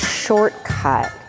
shortcut